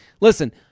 listen